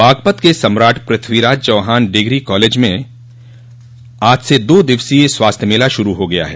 बागपत के Samrat Prithviraj Chauhan degree college में आज से दो दिवसीय स्वास्थ्य मेला शुरू हो गया है